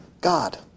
God